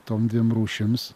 tom dviem rūšims